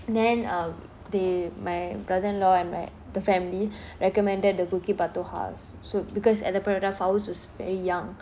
then um they my brother-in-law and my the family recommended the bukit batok house so because at the point of time faust was very young